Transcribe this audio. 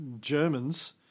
Germans